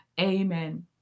amen